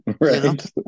Right